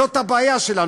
זאת הבעיה שלנו,